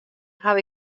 haw